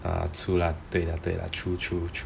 true lah 对啦对啦 true true true